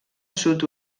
sud